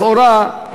לכאורה,